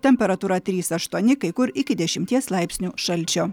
temperatūra trys aštuoni kai kur iki dešimties laipsnių šalčio